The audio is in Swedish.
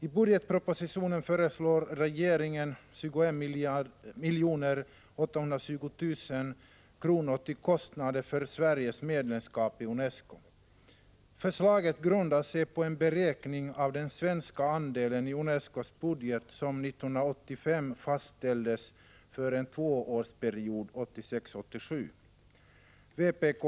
I budgetpropositionen föreslår regeringen 21 820 000 kr. till kostnader för Sveriges medlemskap i UNESCO. Förslaget grundar sig på en beräkning av den svenska andelen i UNESCO:s budget, som 1985 fastställdes för en tvåårsperiod 1986—1987.